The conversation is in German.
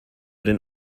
den